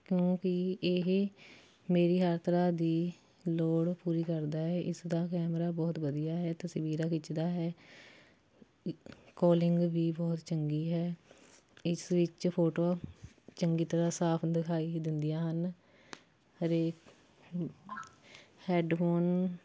ਕਿਉਂਕਿ ਇਹ ਮੇਰੀ ਹਰ ਤਰ੍ਹਾਂ ਦੀ ਲੋੜ ਪੂਰੀ ਕਰਦਾ ਹੈ ਇਸਦਾ ਕੈਮਰਾ ਬਹੁਤ ਵਧੀਆ ਹੈ ਤਸਵੀਰਾਂ ਖਿੱਚਦਾ ਹੈ ਕੋਲਿੰਗ ਵੀ ਬਹੁਤ ਚੰਗੀ ਹੈ ਇਸ ਵਿੱਚ ਫੋਟੋ ਚੰਗੀ ਤਰ੍ਹਾਂ ਸਾਫ਼ ਦਿਖਾਈ ਦਿੰਦੀਆਂ ਹਨ ਹਰੇਕ ਹੈੱਡਫੋਨ